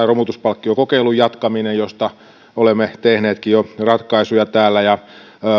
romutuspalkkiokokeilun jatkaminen josta olemme tehneetkin jo ratkaisuja täällä